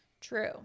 True